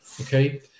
okay